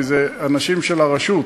כי אלה אנשים של הרשות,